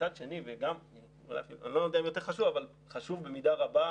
ומצד שני - אני לא יודע אם יותר חשוב אבל חשוב במידה רבה,